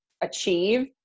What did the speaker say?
achieve